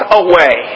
away